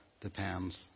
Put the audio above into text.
depends